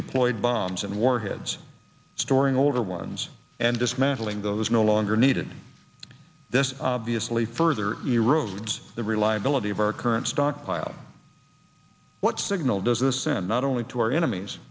deployed bombs and warheads storing older ones and dismantling those no longer needed this obviously further erode the reliability of our current stockpile what signal does this send not only to our enemies